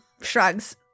shrugs